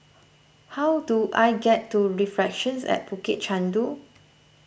how do I get to Reflections at Bukit Chandu